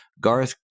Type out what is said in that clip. Garth